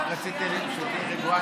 רק רציתי שתהיי רגועה,